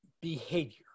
behavior